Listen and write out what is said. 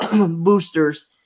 boosters